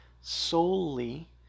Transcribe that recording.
solely